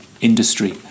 industry